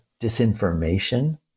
disinformation